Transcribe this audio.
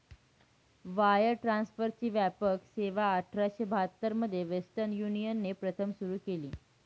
wire ट्रान्सफरची व्यापक सेवाआठराशे बहात्तर मध्ये वेस्टर्न युनियनने प्रथम सुरू केली